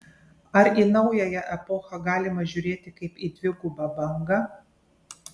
ar į naująją epochą galima žiūrėti kaip į dvigubą bangą